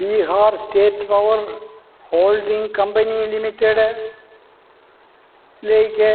Bihar state power holding company ലിമിറ്റഡിലേക്ക്